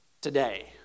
today